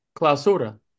Clausura